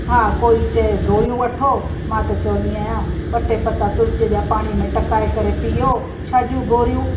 हा कोई चए गोरियूं वठो मां त चवंदी आहियां ॿ टे पता तुलसी जा पाणीअ में टहिकाए करे पियो छा जूं गोरियूं